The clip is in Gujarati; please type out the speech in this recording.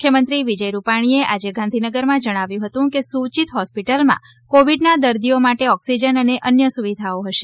મુખ્યમંત્રી વિજય રૂપાણીએ આજે ગાંધીનગરમાં જણાવ્યું હતું કે સૂચિત હોસ્પિલમાં કોવિડના દર્દીઓ માટે ઓક્સિજન અને અન્ય સુવિધાઓ હશે